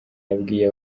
yabwiye